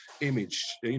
image